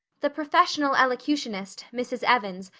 the professional elocutionist, mrs. evans,